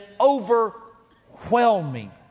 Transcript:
overwhelming